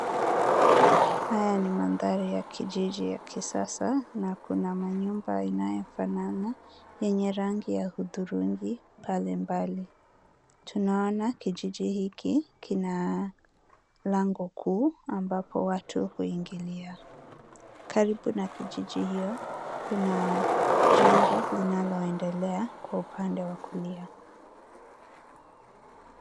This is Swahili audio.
Haya ni mandhari ya kijiji ya kisasa na kuna manyumba inayofanana, yenye rangi ya hudhurungi pale mbali. Tunaona kijiji hiki kina lango kuu ambapo watu huingilia. Karibu na kijiji hiyo, kuna jengo linaloendelea kwa upande wa kulia.